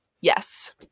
Yes